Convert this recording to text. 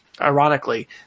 Ironically